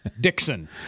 Dixon